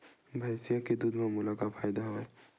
भैंसिया के दूध म मोला का फ़ायदा हवय?